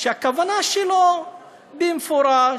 שהכוונה שלו במפורש: